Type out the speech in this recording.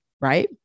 right